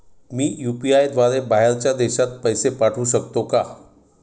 मी UPI द्वारे बाहेरच्या देशात पैसे पाठवू शकतो का?